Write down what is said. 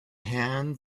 hand